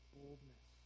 boldness